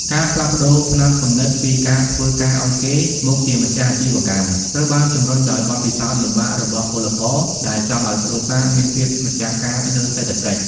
ការផ្លាស់ប្តូរផ្នត់គំនិតពី "ការធ្វើការឱ្យគេ" មកជា "ម្ចាស់អាជីវកម្ម" ត្រូវបានជម្រុញដោយបទពិសោធន៍លំបាករបស់ពលករដែលចង់ឱ្យគ្រួសារមានភាពម្ចាស់ការលើសេដ្ឋកិច្ច។